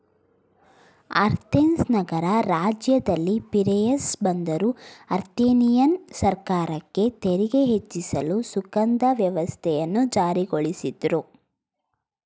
Athens ನಗರ ರಾಜ್ಯದಲ್ಲಿ Piraeus ಬಂದರು ಅಥೆನಿಯನ್ ಸರ್ಕಾರಕ್ಕೆ ತೆರಿಗೆ ಹೆಚ್ಚಿಸಲು ಸುಂಕದ ವ್ಯವಸ್ಥೆಯನ್ನು ಜಾರಿಗೊಳಿಸಿದ್ರು